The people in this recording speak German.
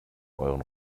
euren